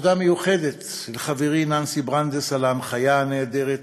תודה מיוחדת לחברי ננסי ברנדס על ההנחיה הנהדרת,